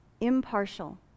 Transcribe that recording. impartial